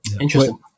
Interesting